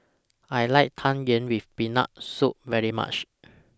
I like Tang Yuen with Peanut Soup very much